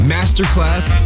Masterclass